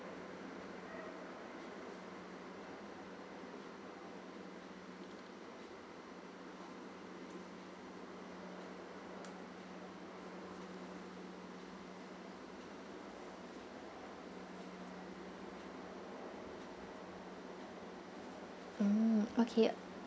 mm okay